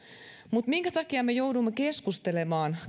mutta minkä takia me joudumme keskustelemaan